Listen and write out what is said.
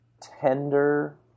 tender